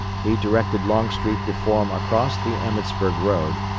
he directed longstreet to form across the emmetsburg road,